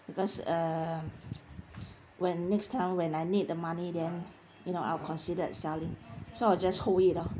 because uh um when next time when I need the money then you know I'll considered selling so I'll just hold it lor